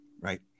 right